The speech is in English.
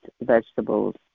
vegetables